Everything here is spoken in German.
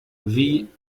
wie